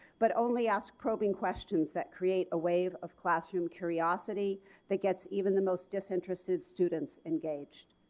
but only ask probing questions that create a wave of classroom curiosity that gets even the most disinterested students engaged.